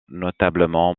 notablement